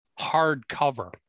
hardcover